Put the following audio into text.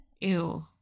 Ew